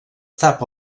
tapa